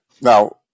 now